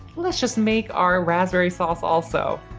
let's just make our raspberry sauce also.